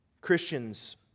Christians